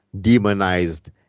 demonized